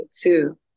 two